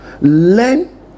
learn